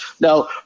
Now